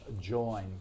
join